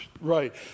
right